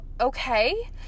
okay